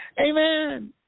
Amen